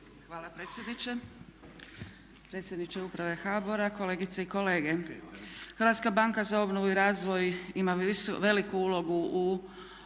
Hvala predsjedniče. Predsjedniče uprav HBOR-a, kolegice i kolege Hrvatska banka za obnovu i razvoj ima veliku ulogu u